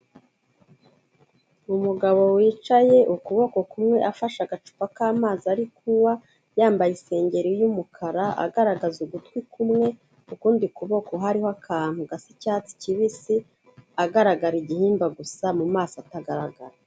Umugabo wicaye ukuboko kumwe afashe agacupa k'amazi ari kunywa, yambaye isengeri y'umukara agaragaza ugutwi kumwe, ukundi kuboko hariho akantu gasa icyatsi kibisi, agaragara igihimba gusa mu maso atagaragara.